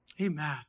Amen